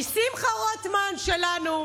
כי שמחה רוטמן שלנו,